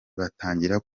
batangira